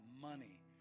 money